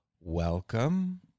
Welcome